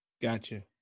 Gotcha